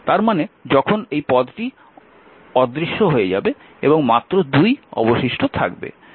তার মানে তখন এই পদটি অদৃশ্য হয়ে যাবে এবং মাত্র 2 অবশিষ্ট থাকবে